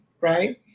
right